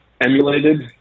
emulated